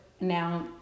now